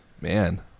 Man